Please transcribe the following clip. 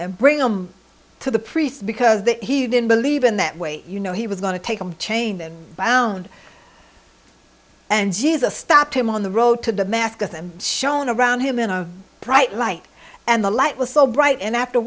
and bring him to the priests because he didn't believe in that way you know he was going to take them chained them bound and jesus stopped him on the road to damascus and shown around him in a bright light and the light was so bright and after a